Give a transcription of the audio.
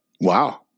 Wow